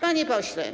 Panie Pośle!